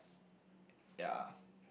ya